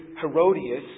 Herodias